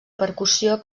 percussió